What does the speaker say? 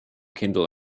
kindle